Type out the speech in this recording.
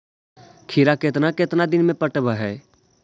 खिरा केतना केतना दिन में पटैबए है?